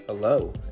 Hello